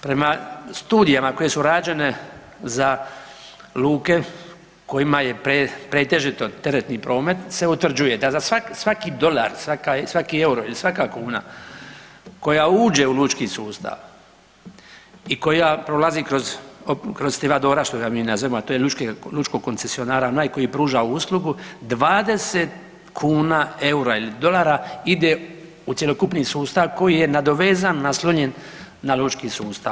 Prema studijama koje su rađene za luke kojima je pretežito teretni promet se utvrđuje da za svaki dolar, svaki euro i svaka kuna koja uđe u lučki sustav i koja prolazi kroz … [[govornik se ne razumije]] što ga mi nazivamo, a to je lučkog koncesionara onaj koji pruža uslugu, 20 kuna, eura ili dolara ide u cjelokupni sustav koji je nadovezan, naslonjen na lučki sustav.